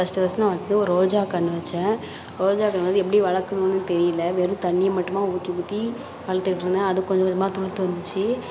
first first நான் வந்து ஒரு ரோஜா கன்று வச்சேன் ரோஜா கன்று வந்து எப்படி வளர்க்கணும்னு தெரியிலை வெறும் தண்ணியை மட்டுமாக ஊற்றி ஊற்றி வளர்த்துக்கிட்டு இருந்தேன் அது கொஞ்சம் கொஞ்சமாக துளுர்த்து வந்திச்சு